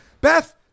Beth